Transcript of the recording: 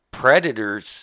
predators